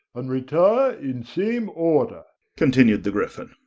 and retire in same order continued the gryphon.